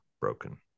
broken